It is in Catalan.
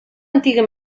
antiga